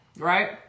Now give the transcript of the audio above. right